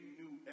new